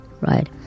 right